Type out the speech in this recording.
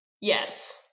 Yes